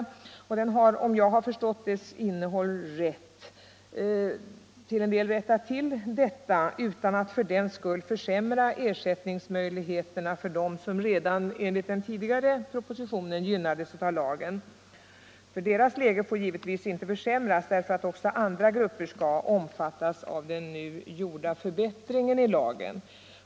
Den har — om jag har förstått innehållet rätt — till en del rättat till detta utan att för den skull försämra ersättningsmöjligheterna för dem som redan enligt den tidigare propositionen gynnades av lagen. Deras läge får givetvis inte försämras därför att också andra grupper skall omfattas av den nu gjorda förbättringen i lagen.